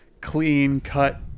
clean-cut